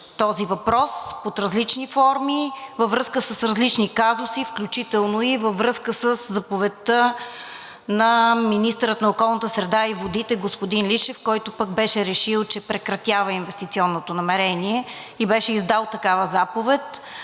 този въпрос под различни форми, във връзка с различни казуси, включително и във връзка със заповедта на министъра на околната среда и водите господин Личев, който пък беше решил, че прекратява инвестиционното намерение, и беше издал такава заповед,